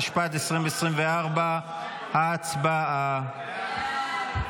התשפ"ד 2024. הצבעה.